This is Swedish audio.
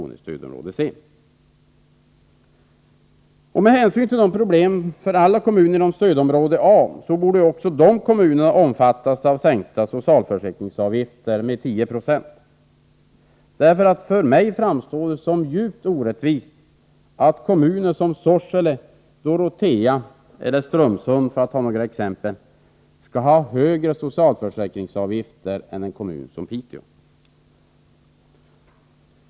för område C. Med hänsyn till problemen för alla kommuner inom stödområde A borde också dessa kommuner omfattas av sänkta socialförsäkringsavgifter med 10 970. För mig framstår det som djupt orättvist att kommuner som Sorsele, Dorotea och Strömsund skall ha högre avgifter än t.ex. Piteå.